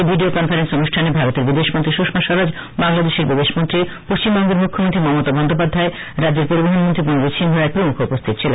এই video conference অনুষ্ঠানে ভারতের বিদেশমন্ত্রী সুষমা স্বরাজ বাংলাদেশের বিদেশমন্ত্রী পশ্চিমবঙ্গের মুখ্যমন্ত্রী মমতা ব্যানার্জি এবং রাজ্যের পরিবহণমন্ত্রী প্রণজিৎ সিংহ রায় উপস্হিত ছিলেন